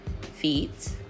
feet